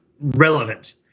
relevant